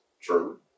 True